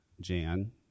Jan